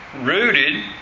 Rooted